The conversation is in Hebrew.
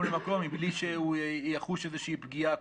למקום בלי שהוא יחוש איזושהי בפגיעה.